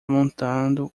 montando